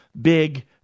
Big